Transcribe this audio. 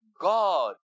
God